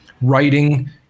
writing